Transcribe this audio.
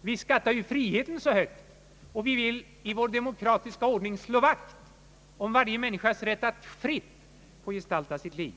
Vi skattar ju friheten så högt, och vi vill i vår demokratiska ordning slå vakt om varje människas rätt att fritt få gestalta sitt liv.